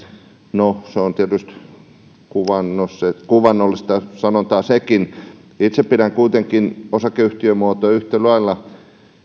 no se on tietysti kuvainnollista sanontaa sekin itse pidän kuitenkin osakeyhtiömuotoa yhtä lailla